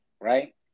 right